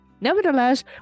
Nevertheless